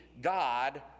God